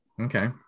Okay